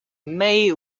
may